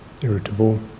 irritable